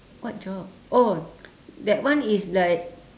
what job oh that one is like